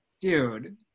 dude –